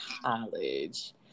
college